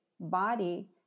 body